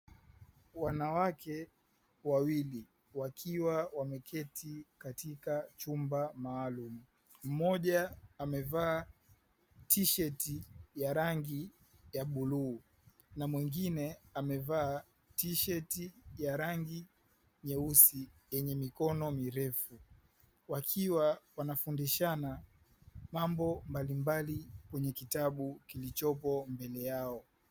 Wanawake wawili wakiwa wameketi katika chumba maalumu, mmoja amevaa tisheti ya rangi ya bluu na mwingine amevaa tisheti ya rangi nyeusi yenye mikono mirefu wakiwa wanafundishana mambo mbalimbali kwenye kitabu kilichopo mbele yao.